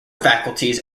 faculties